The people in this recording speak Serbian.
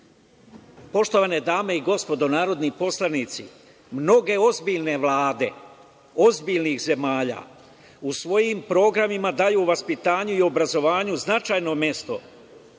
diktaturi. Poštovane dame i gospodo narodni poslanici, mnoge ozbiljne vlade, ozbiljnih zemalja u svojim programima daju vaspitanju i obrazovanju značajno mesto